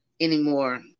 anymore